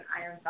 iron